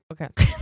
Okay